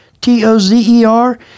T-O-Z-E-R